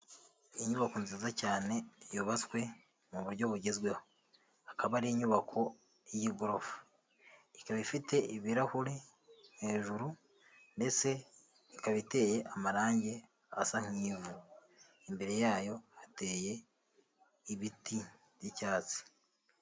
Inyubako nziza cyane yubatswe mu buryo bugezwehokaba, akaba ari inyubako y'igorofa, ikaba ifite ibirahuri hejuru ndetse ikaba iteye amarangi asa nk'ivu, imbere yayo hateye ibiti by'icyatsi.